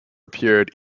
appeared